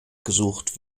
gesucht